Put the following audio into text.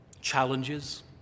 challenges